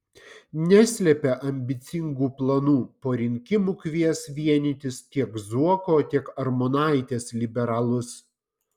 neslepia ambicingų planų po rinkimų kvies vienytis tiek zuoko tiek armonaitės liberalus